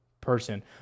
person